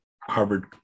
Harvard